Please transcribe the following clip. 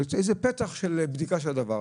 איזה פתח של בדיקה של הדבר,